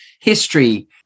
history